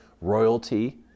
royalty